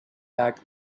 back